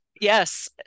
yes